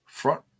front